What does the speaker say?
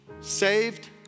saved